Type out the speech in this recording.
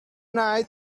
night